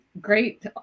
great